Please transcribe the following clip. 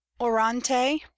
ORANTE